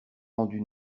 rendu